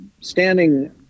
standing